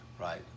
right